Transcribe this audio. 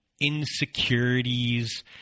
insecurities